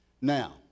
Now